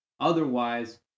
Otherwise